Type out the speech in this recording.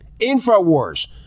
InfoWars